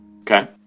Okay